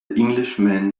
englishman